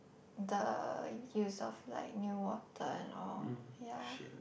the use of like new water and all ya